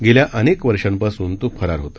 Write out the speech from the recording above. गेल्या अनेक वर्षापासून तो फरार होता